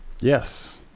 Yes